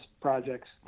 projects